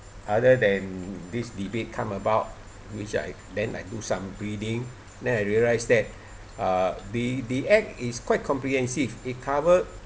other than this debate come about which I then I do some reading then I realised that uh the the act is quite comprehensive it covered